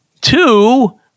Two